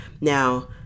Now